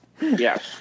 Yes